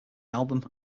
album